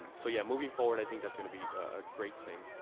so, yeah, moving forward, i think that's gonna be a great thing.